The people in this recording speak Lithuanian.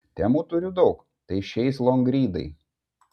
temų turiu daug tai išeis longrydai